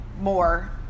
more